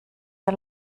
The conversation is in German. der